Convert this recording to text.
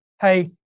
hey